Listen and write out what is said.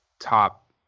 top